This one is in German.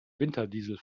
winterdiesel